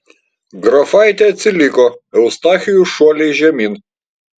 grafaitė atsiliko eustachijus šuoliais žemyn